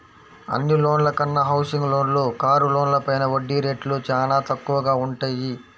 అన్ని లోన్ల కన్నా హౌసింగ్ లోన్లు, కారు లోన్లపైన వడ్డీ రేట్లు చానా తక్కువగా వుంటయ్యి